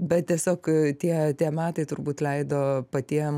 bet tiesiog tie tie metai turbūt leido patiem